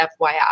FYI